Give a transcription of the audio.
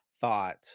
thought